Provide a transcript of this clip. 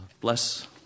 bless